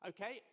Okay